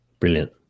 Brilliant